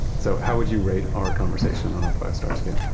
so how would you rate our conversation on a five-star scale?